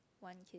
want kid